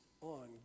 on